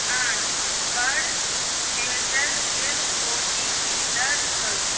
आठ पर भेजल गेल ओ टी पी दर्ज करू